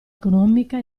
economica